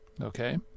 okay